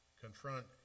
confront